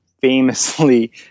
famously